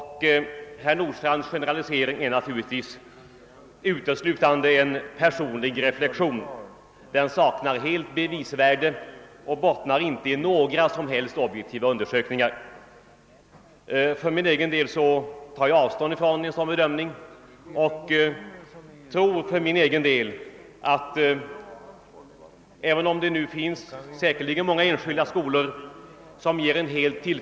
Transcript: Hans generalisering är naturligtivs uteslutande en personlig reflexion. Den saknar helt bevisvärde och bottnar inte i några som helst objektiva undersökningar. För min egen del tar jag avstånd från en sådan bedömning. Även om det finns många enskilda skolor som ger en helt till.